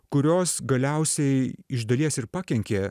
kurios galiausiai iš dalies ir pakenkė